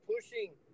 pushing